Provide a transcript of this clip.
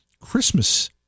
Christmas